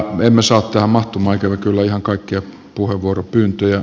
emme saa tähän mahtumaan ikävä kyllä ihan kaikkia puheenvuoropyyntöjä